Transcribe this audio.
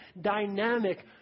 dynamic